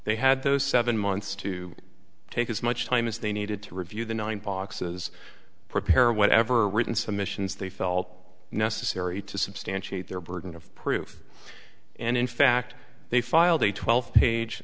they had those seven months to take as much time as they needed to review the nine boxes prepare whatever written submissions they felt necessary to substantiate their burden of proof and in fact they filed a twelve page